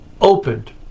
opened